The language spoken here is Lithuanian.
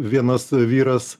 vienas vyras